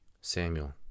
Samuel